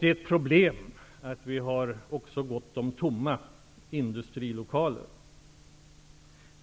Det är ett problem att vi har gott om tomma industrilokaler.